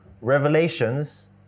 revelations